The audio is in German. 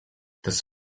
des